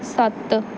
ਸੱਤ